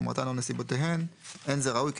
חומרתן או נסיבותיהן אין זה ראוי כי